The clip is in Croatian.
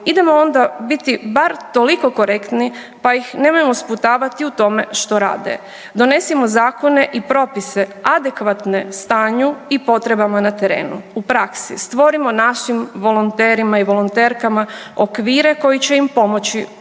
idemo onda biti bar toliko korektni pa ih nemojmo sputavati u tome što rade. Donesimo zakone i propise adekvatne stanju i potrebama na terenu. U praski stvorimo našim volonterima i volonterkama okvire koji će im pomoći